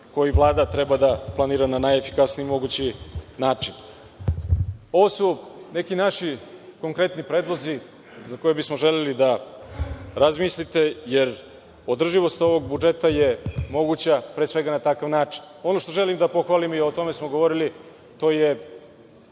koji Vlada treba da planira na najefikasniji mogući način. Ovo su neki naši konkretni predlozi za koje bismo želeli da razmislite jer održivost ovog budžeta je moguća pre svega na takav način. Ono što želim da pohvalim i o tome smo govorili, to je